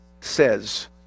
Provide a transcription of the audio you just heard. says